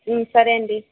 సరే అండి